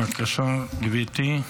בבקשה, גברתי.